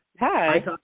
Hi